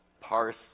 parse